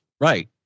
Right